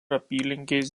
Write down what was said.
apylinkės